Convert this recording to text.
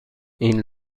این